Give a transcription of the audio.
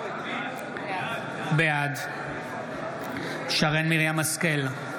בעד שרן מרים השכל,